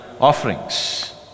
offerings